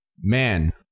man